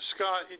Scott